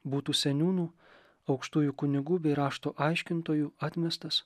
būtų seniūnų aukštųjų kunigų bei rašto aiškintojų atmestas